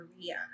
Korea